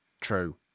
True